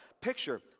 picture